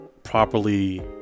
properly